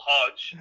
Hodge